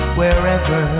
wherever